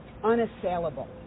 unassailable